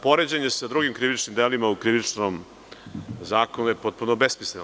Poređenje sa drugim krivičnim delima u Krivičnom zakonu je potpuno besmisleno.